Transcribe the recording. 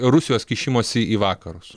rusijos kišimosi į vakarus